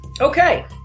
Okay